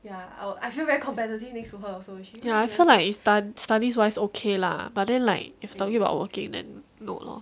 ya I feel like studies wise okay lah but then like if talking about working then no loh